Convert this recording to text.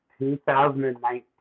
2019